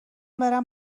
برم